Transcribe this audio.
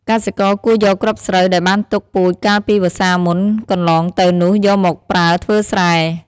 កសិករគួរយកគ្រាប់ស្រូបដែលបានទុកពូជកាលពីវស្សាមុនកន្លងទៅនោះយកមកប្រើធ្វើស្រែ។